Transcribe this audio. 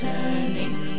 Turning